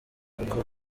kuko